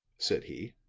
said he.